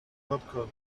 popcorn